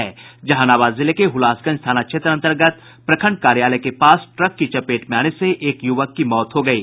जहानाबाद जिले के हुलासगंज थाना क्षेत्र अतर्गत प्रखंड कार्यालय के पास ट्रक की चपेट में आने से एक युवक की मौत हो गयी